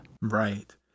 Right